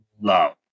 love